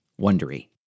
Wondery